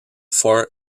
four